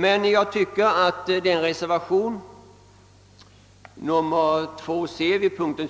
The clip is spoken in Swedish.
Men jag tycker att reservationen 5.2